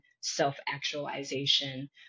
self-actualization